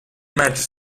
matchs